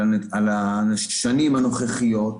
על השנים הנוכחיות.